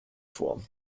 form